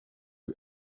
you